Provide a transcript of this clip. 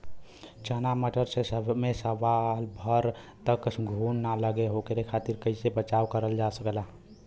चना मटर मे साल भर तक घून ना लगे ओकरे खातीर कइसे बचाव करल जा सकेला?